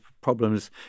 problems